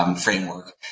Framework